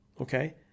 Okay